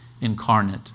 Incarnate